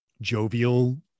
jovial